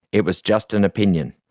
it was just an opinion.